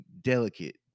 delicate